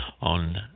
on